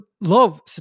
love